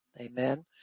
Amen